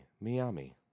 Miami